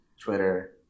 twitter